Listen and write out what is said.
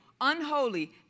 unholy